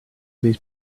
these